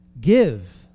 Give